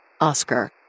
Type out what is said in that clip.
Oscar